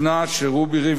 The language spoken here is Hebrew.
היושב-ראש שלנו,